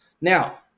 Now